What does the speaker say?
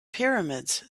pyramids